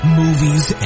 movies